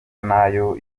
nayo